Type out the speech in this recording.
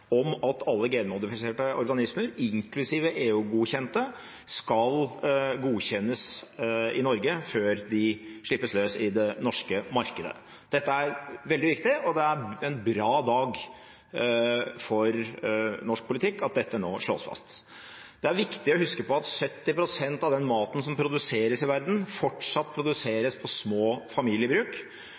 om at alle genmodifiserte organismer, inklusive EU-godkjente, skal godkjennes i Norge før de slippes løs i det norske markedet. Dette er veldig viktig, og det er en bra dag for norsk politikk at dette nå slås fast. Det er viktig å huske på at 70 pst. av den maten som produseres i verden, fortsatt produseres på små familiebruk.